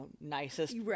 nicest